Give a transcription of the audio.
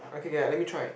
okay K let me try